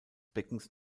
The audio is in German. beckens